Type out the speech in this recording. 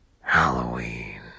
Halloween